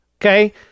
okay